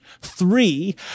three